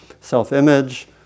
Self-image